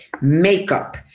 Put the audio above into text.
makeup